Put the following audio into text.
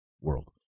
world